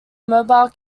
mobile